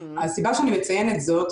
הסיבה שאני מציינת זאת,